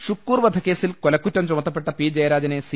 ഷുക്കൂർ വധക്കേസിൽ കൊലക്കുറ്റം ചുമത്തപ്പെട്ട പി ജയരാ ജനെ സി